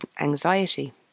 anxiety